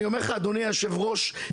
אדוני היושב-ראש,